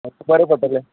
मात्शें बरें पडटलें